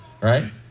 Right